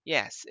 Yes